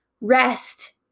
Rest